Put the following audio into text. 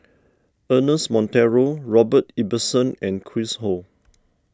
Ernest Monteiro Robert Ibbetson and Chris Ho